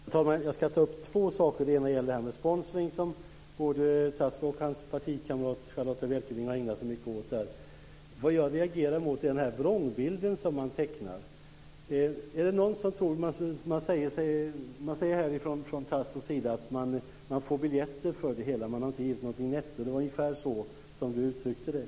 Herr talman! Jag ska ta upp två saker. Den ena gäller detta med sponsring som Tasso Stafilidis och hans partikamrat Charlotta L Bjälkebring ägnat sig mycket åt här. Vad jag reagerar mot är den vrångbild som tecknas. Tasso Stafilidis säger att man får biljetter för det hela, att man inte gett någonting netto - ungefär så uttryckte han sig.